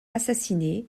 assassiné